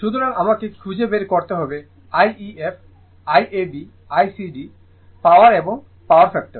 সুতরাং আমাকে খুঁজে বের করতে হবে I ef Iab ICd power এবং পাওয়ার ফ্যাক্টর